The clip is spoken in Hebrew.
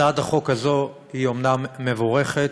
הצעת החוק הזאת היא אומנם מבורכת.